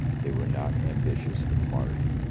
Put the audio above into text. they were not ambitious of martyrdom,